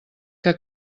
que